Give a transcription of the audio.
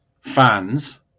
fans